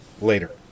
Later